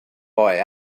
boy